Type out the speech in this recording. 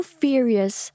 furious